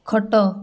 ଖଟ